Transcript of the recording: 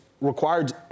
required